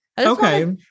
Okay